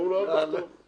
אמרו לו: אל תחתום.